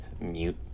Mute